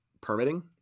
permitting